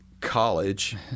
college